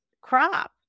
crop